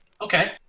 Okay